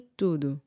tudo